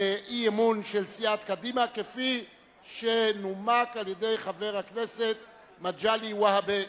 אי-אמון של סיעת קדימה שנומק על-ידי חבר הכנסת מגלי והבה.